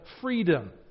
freedom